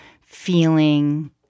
feeling